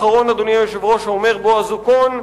עוד כותב בועז אוקון: